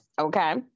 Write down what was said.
okay